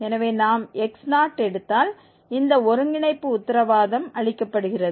எனவே நாம் x0 எடுத்தால் இந்த ஒருங்கிணைப்பு உத்தரவாதம் அளிக்கப்படுகிறது